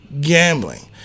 gambling